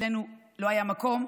אצלנו לא היה מקום.